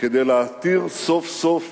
כדי להתיר סוף-סוף